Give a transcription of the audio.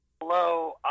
Hello